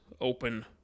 open